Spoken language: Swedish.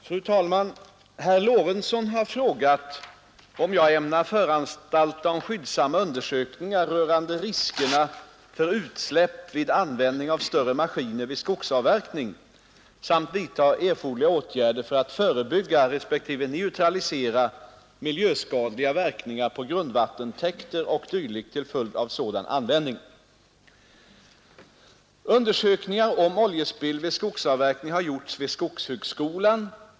Fru talman! Herr Lorentzon har frågat om jag ämnar föranstalta om skyndsamma undersökningar rörande riskerna med utsläpp av olja vid användning av större maskiner vid skogsavverkning samti vidta erforderliga åtgärder för att förebygga respektive neutralisera miljöskadliga verkningar på grundvattentäkter o. d. till följd av sådan användning. Undersökningar om oljespill vid skogsavverkning har gjorts vid skogshögskolan.